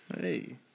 Hey